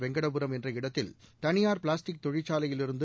வெங்கடபுரம் என்ற இடத்தில் தனியார் பிளாஸ்டிக் தொழிற்சாலையிலிருந்து